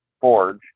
forge